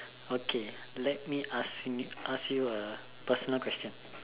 okay let me ask me ask you a personal question